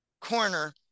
corner